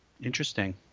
Interesting